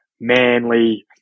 manly